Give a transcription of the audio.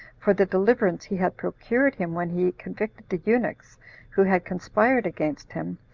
for the deliverance he had procured him when he convicted the eunuchs who had conspired against him,